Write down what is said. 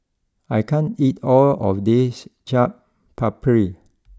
I can't eat all of this Chaat Papri